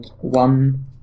one